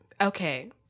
Okay